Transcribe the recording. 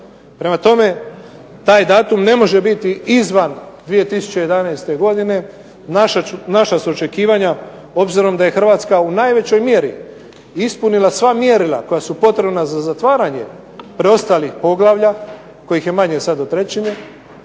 Prema tome taj datum ne može biti izvan 2011. godine. Naša su očekivanja obzirom da je Hrvatska u najvećoj mjeri ispunila sva mjerila koja su potrebna za zatvaranje preostalih poglavlja kojih je manje sad od trećine